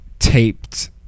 taped